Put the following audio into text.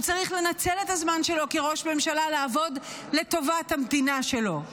הוא צריך לנצל את הזמן שלו כראש ממשלה לעבוד לטובת המדינה שלו.